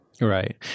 Right